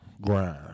grind